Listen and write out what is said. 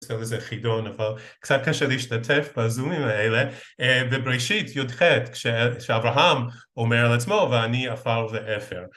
איזה חידון, אבל קצת קשה להשתתף בזומים האלה, ובראשית י"ח כשאברהם אומר על עצמו ואני עפר ואפר.